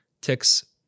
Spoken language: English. ticks